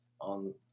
on